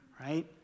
right